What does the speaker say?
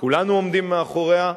כולנו עומדים מאחוריה,